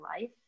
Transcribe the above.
life